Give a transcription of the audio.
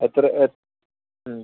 എത്ര എത്ര